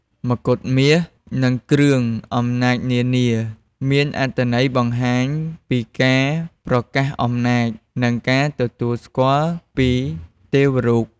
មកុដមាស និងគ្រឿងអំណាចនានា មានអត្ថន័យបង្ហាញពីការប្រកាសអំណាច និងការទទួលស្គាល់ពីទេវរូប។